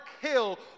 Hill